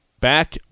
Back